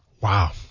Wow